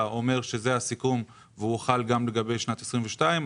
אומר שזה הסיכום והוא חל גם לגבי שנת 2022,